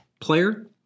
player